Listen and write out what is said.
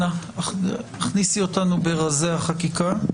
אנא הכניסי אותנו ברזי החקיקה.